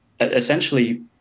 essentially